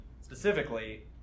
specifically